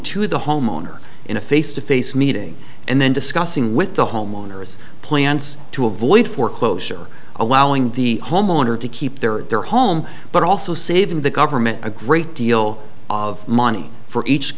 to the homeowner in a face to face meeting and then discussing with the homeowners plans to avoid foreclosure allowing the homeowner to keep their their home but also saving the government a great deal of money for each